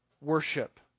worship